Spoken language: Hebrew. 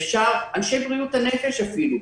אנשי בריאות הנפש אפילו,